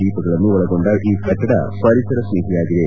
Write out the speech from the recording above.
ದೀಪಗಳನ್ನು ಒಳಗೊಂಡ ಈ ಕಟ್ಟಡ ಪರಿಸರ ಸ್ನೇಹಿಯಾಗಿದೆ